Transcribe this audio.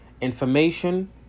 Information